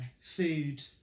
Food